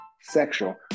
sexual